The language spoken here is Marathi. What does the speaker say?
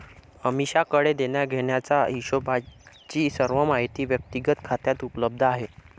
अमीषाकडे देण्याघेण्याचा हिशोबची सर्व माहिती व्यक्तिगत खात्यात उपलब्ध आहे